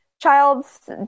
child's